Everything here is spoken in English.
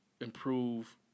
improve